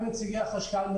גם עם נציגי החשכ"ל.